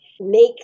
make